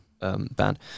band